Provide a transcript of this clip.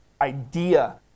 idea